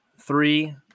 three